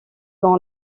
dans